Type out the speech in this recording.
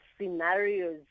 scenarios